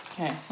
Okay